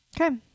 Okay